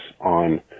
on